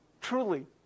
truly